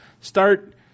Start